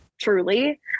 truly